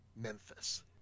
Memphis